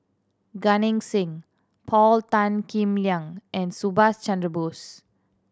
Gan Eng Seng Paul Tan Kim Liang and Subhas Chandra Bose